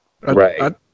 Right